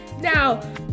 Now